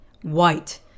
white